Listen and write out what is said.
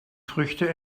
früchte